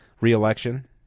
reelection